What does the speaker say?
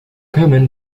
common